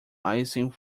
icing